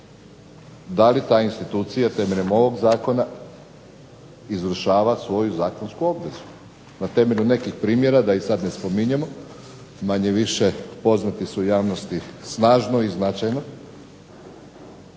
da li ta institucija temeljem ovog Zakona izvršava svoju zakonsku obvezu. Na temelju nekih primjera da ih sada ne spominjemo, manje više poznati su javnosti snažno i značajno,